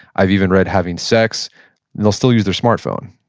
i've even read having sex, and they'll still use their smart phone,